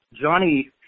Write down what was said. Johnny